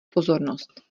pozornost